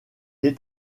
est